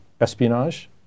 espionage